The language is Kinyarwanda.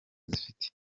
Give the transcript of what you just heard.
zifite